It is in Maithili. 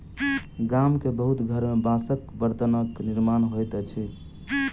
गाम के बहुत घर में बांसक बर्तनक निर्माण होइत अछि